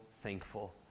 thankful